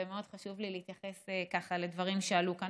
ומאוד חשוב לי להתייחס לדברים שעלו כאן.